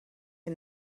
and